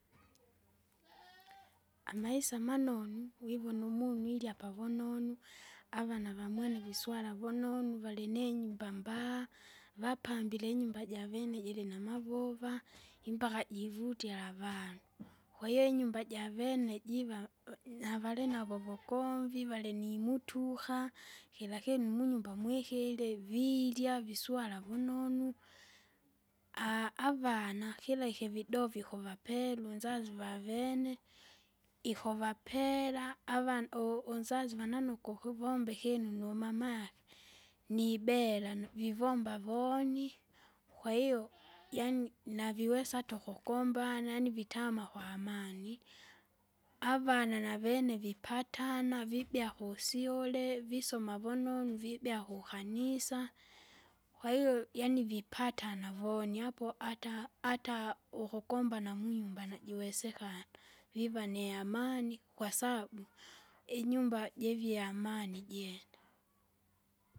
amaisa manonu vivona umunu uilya pavunonu, avana vamwene viswala vunonu, valininyumba mbaha. Vapambile inyumba javene jilinavaova, ipmaka jiivutira avanu. Kwahiyo inyumba javene jiva u- nyavalinavo uvugomvi, valinimutuka, kira kinu munyumba mwikili virya viswala vunonu, avana kila kividovi ukuvapele unzazi vavene. Ikuvapela avan u- unzazi vananuku ukuvomba ikinu numamagi, nibela nu vivomba voni. kwahiyo, yaani naviwesa ata ukugombana, yaani vitama kwa amani. Avana navene vipatana vibea kusyule, visoma vunonu vibea kukanisa, kwahiyo yaani vipatana voni apo, ata ata ukugombana munyumba najiwesekana. Viva ni amani kwasabu inyumba jivie amani jene.